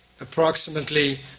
approximately